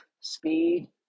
speed